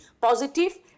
positive